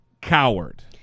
coward